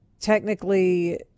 technically